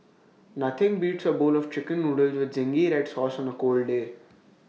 nothing beats A bowl of Chicken Noodles with Zingy Red Sauce on A cold day